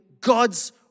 God's